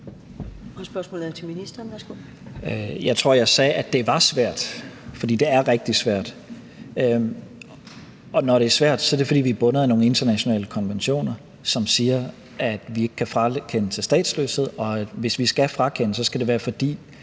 Jeg tror, jeg sagde, at det var svært, for det er rigtig svært. Og når det er svært, er det, fordi vi er bundet af nogle internationale konventioner, som siger, at vi ikke kan frakende til statsløshed, og at hvis vi skal frakende, skal det være, fordi